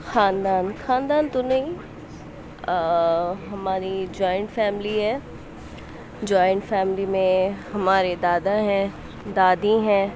خاندان خاندان تو نہیں ہماری جوائنٹ فیملی ہے جوائنٹ فیملی میں ہمارے دادا ہیں دادی ہیں